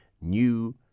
new